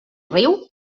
riu